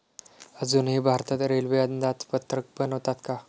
अजूनही भारतात रेल्वे अंदाजपत्रक बनवतात का?